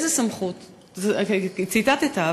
ציטטת,